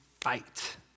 fight